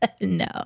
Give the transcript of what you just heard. No